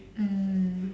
mm